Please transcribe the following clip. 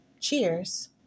Cheers